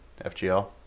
FGL